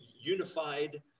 unified